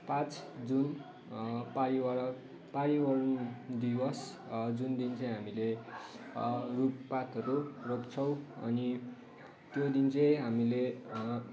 पाँच जुन पर्यावरण पर्यावरण दिवस जुन दिन चाहिँ हामीले रूख पातहरू रोप्छौँ अनि त्यो दिन चाहिँ हामीले